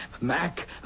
Mac